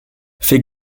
fais